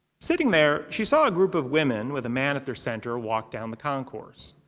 sitting there, she saw a group of women with a man at their center walk down the concourse.